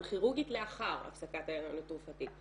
כירורגית לאחר הפסקת ההריון התרופתית.